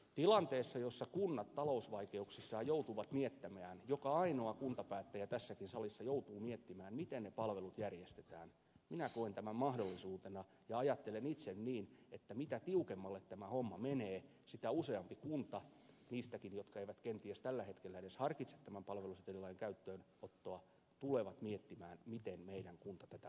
tilanteessa jossa kunnat talousvaikeuksissaan joutuvat miettimään joka ainoa kuntapäättäjä tässäkin salissa joutuu miettimään miten ne palvelut järjestetään minä koen tämän mahdollisuutena ja ajattelen itse niin että mitä tiukemmalle tämä homma menee sitä useampi kunta niistäkin jotka eivät kenties tällä hetkellä edes harkitse tämän palvelusetelilain käyttöönottoa tulee miettimään miten meidän kuntamme tätä voi hyödyntää